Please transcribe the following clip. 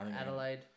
Adelaide